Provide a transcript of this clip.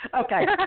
Okay